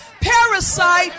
parasite